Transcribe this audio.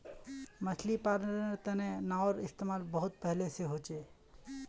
मछली पालानेर तने नाओर इस्तेमाल बहुत पहले से होचे